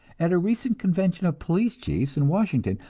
at a recent convention of police chiefs in washington,